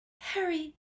Harry